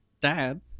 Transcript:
Dad